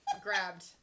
grabbed